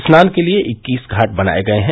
स्नान के लिए इक्कीस घाट बनाये गए हैं